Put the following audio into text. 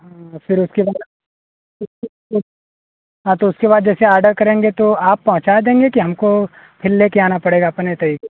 हाँ फिर उसके बाद उसके उस हाँ तो उसके बाद जैसे आडर करेंगे तो आप पहुँचा देंगे कि हमको फिर लेके आना पड़ेगा अपने ते ही